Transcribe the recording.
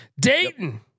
Dayton